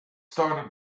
started